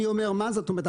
אני שואל מה זאת אומרת.